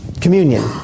Communion